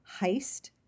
heist